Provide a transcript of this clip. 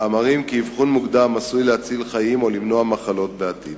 המראים כי אבחון מוקדם עשוי להציל חיים או למנוע מחלות בעתיד.